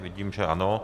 Vidím, že ano.